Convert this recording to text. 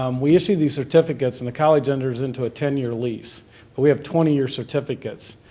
um we issue these certificates and the college enters into a ten year lease, but we have twenty year certificates.